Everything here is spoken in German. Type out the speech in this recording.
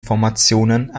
formationen